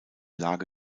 lage